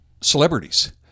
celebrities